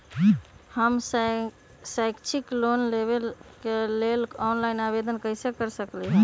हम शैक्षिक लोन लेबे लेल ऑनलाइन आवेदन कैसे कर सकली ह?